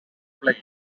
plane